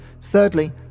Thirdly